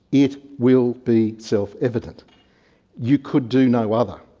it will be self-evident. you could do no other.